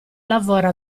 lavora